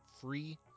free